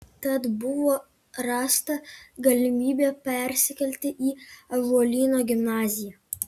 tad buvo rasta galimybė persikelti į ąžuolyno gimnaziją